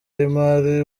y’imari